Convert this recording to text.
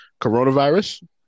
coronavirus